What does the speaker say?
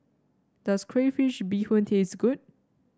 does Crayfish Beehoon taste good